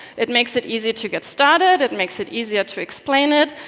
it makes it easy to get started, it makes it easier to explain it,